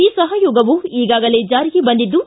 ಈ ಸಹಯೋಗವು ಈಗಾಗಲೇ ಜಾರಿಗೆ ಬಂದಿದ್ದು